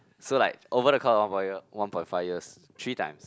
so like over the count of one point year one point five years three times